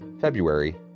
February